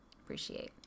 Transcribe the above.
appreciate